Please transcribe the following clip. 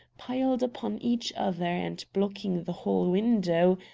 piled upon each other and blocking the hall-window,